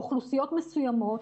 לאוכלוסיות מסוימות,